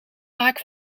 vaak